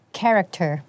character